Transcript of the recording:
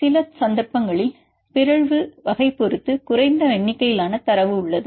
சில சந்தர்ப்பங்களில் பிறழ்வு வகை பொறுத்து குறைந்த எண்ணிக்கையிலான தரவு உள்ளது